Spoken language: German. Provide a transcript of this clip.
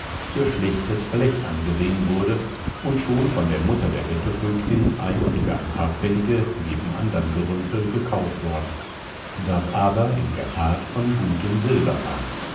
für schlechtes blech angesehen wurde und schon von der mutter der bettelvögtin einst für ein paar pfennige nebst anderm gerümpel gekauft worden das aber in der tat von gutem silber war